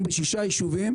עסקנו בשישה יישובים,